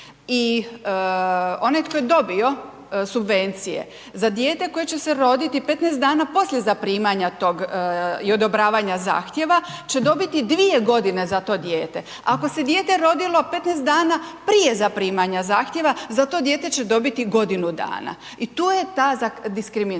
i onaj tko je dobio subvencije za dijete koje će se roditi 15 dana poslije zaprimanja tog i odobravanja zahtjeva će dobiti dvije godine za to dijete. Ako se dijete rodilo 15 dana prije zaprimanja zahtjeva za to dijete će dobiti godinu dana. I tu je ta diskriminacija.